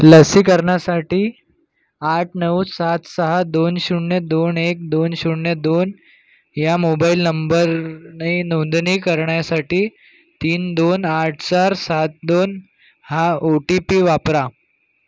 लसीकरणासाठी आठ नऊ सात सहा दोन शून्य दोन एक दोन शून्य दोन ह्या मोबाइल नंबरने नोंदणी करण्यासाठी तीन दोन आठ सात सात दोन हा ओ टी पी वापरा